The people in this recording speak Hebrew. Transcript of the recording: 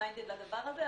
מיינדד לדבר הזה,